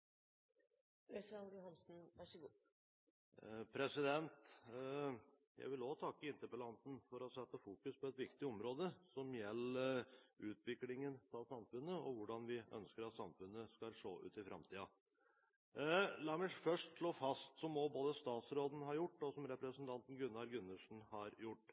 Jeg vil også takke interpellanten for å sette fokus på et viktig område som gjelder utviklingen av samfunnet og hvordan vi ønsker at samfunnet skal se ut i framtida. La meg først slå fast, som også både statsråden og representanten Gunnar Gundersen har gjort: